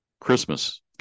Christmas